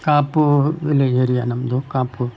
ಕಾಪುವಿನ area ನಮ್ಮದು ಕಾಪು